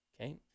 Okay